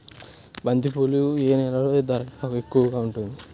బంతిపూలు ఏ నెలలో ధర ఎక్కువగా ఉంటుంది?